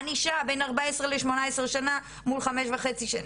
ענישה בין 14 ל-18 שנה מול חמש וחצי שנים.